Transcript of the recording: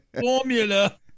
formula